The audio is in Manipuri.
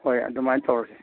ꯍꯣꯏ ꯑꯗꯨꯃꯥꯏꯅ ꯇꯧꯔꯁꯤ